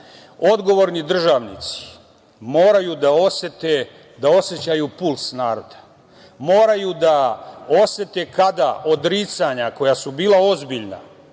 bitni. Odgovorni državnici moraju da osete, da osećaju puls naroda, moraju da osete kada odricanja koja su bila ozbiljna